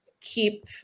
keep